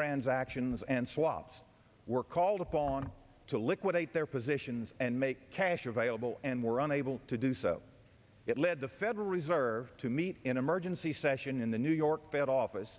transactions and swaps were called upon to liquidate their positions and make cash available and were unable to do so it led the federal reserve to meet in emergency session in the new york fed office